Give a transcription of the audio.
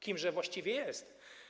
Kimże właściwie jest?